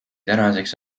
tänaseks